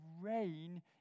rain